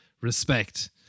respect